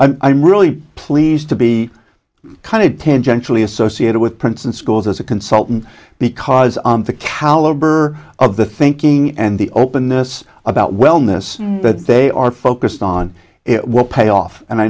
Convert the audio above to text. and i'm really pleased to be kind of tangentially associated with princeton schools as a consultant because the caliber of the thinking and the openness about wellness that they are focused on it will pay off and i